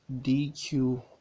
dq